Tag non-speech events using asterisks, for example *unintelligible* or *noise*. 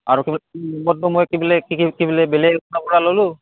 আৰু কিবা *unintelligible* মই কি বোলে কি কি বোলে বেলেগ *unintelligible* পৰা ল'লোঁ